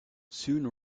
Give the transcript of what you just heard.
soon